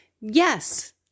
Yes